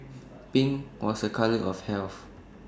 pink was A colour of health